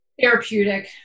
therapeutic